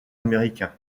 américain